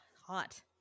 hot